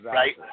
right